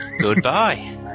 Goodbye